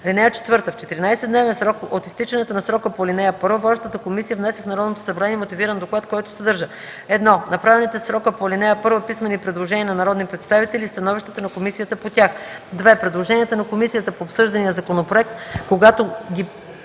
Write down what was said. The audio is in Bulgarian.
(4) В 14-дневен срок от изтичането на срока по ал. 1 водещата комисия внася в Народното събрание мотивиран доклад, който съдържа: 1. направените в срока по ал. 1 писмени предложения на народни представители и становището на комисията по тях; 2. предложенията на комисията по обсъждания законопроект, когато тя